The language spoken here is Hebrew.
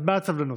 אז בעד סבלנות.